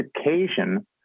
occasion